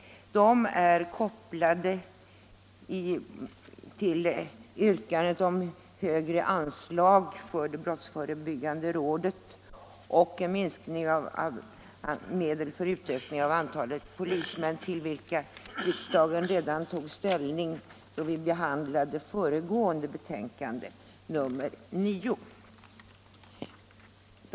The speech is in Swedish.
Dessa är kopplade till yrkandet om högre anslag för = rådet det brottsförebyggande rådet och en minskning av medel för utökning av antalet polismän till vilket riksdagen tog ställning redan då vi behandlade föregående betänkande, nr 9.